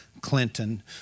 Clinton